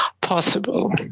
possible